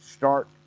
start